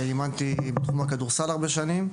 ואימנתי בתחום הכדורסל הרבה שנים.